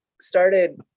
started